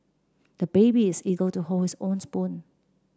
the baby is eager to hold his own spoon